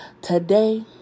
Today